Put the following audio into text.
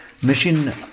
machine